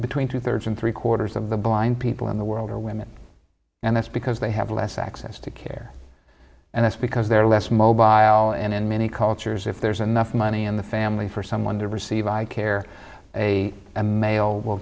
between two thirds and three quarters of the blind people in the world are women and that's because they have less access to care and that's because they're less mobile by all and in many cultures if there's enough money in the family for someone to receive i care a and male w